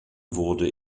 wurde